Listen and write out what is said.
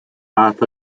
fath